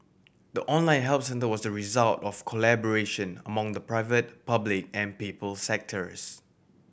the online help centre was the result of collaboration among the private public and people sectors